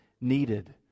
needed